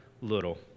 little